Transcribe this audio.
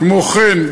כמו כן,